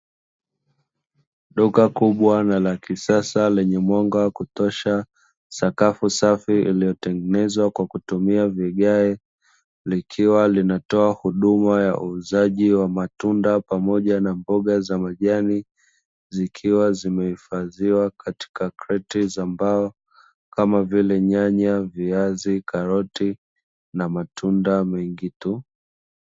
Duka kubwa na la kisasa lenye mwanga wa kutosha, sakafu safi iliyotengenezwa kwa kutumia vigae, likiwa linatoa huduma ya uuzaji wa matunda pamoja na mboga za majani zikiwa zimehifadhiwa katika kreti za mbao, kama vile nyanya, viazi, karoti na matunda mengi tu.